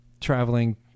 traveling